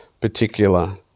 particular